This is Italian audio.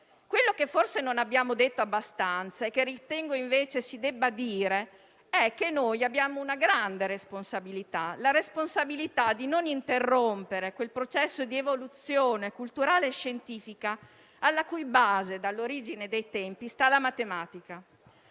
Quello che forse non abbiamo detto abbastanza e che ritengo, invece, si debba dire è che abbiamo una grande responsabilità: quella di non interrompere il processo di evoluzione, culturale e scientifica alla base del quale, dall'origine dei tempi, sta la matematica.